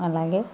అలాగే